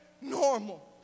normal